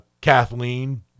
Kathleen